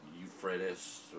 Euphrates